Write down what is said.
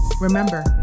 remember